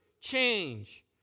change